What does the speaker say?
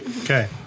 Okay